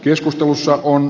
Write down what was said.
keskustelussa on